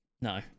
No